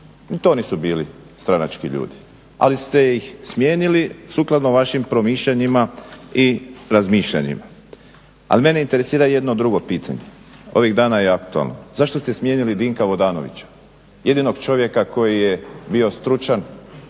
To nisu bili stranački ljudi, ali ste ih smijenili sukladno vašim promišljanjima i razmišljanjima. Ali mene interesira jedno drugo pitanje, ovih dana je aktualno, zašto ste smijenili Dinka Vodanovića? Jedinog čovjeka koji je bio stručan